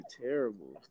terrible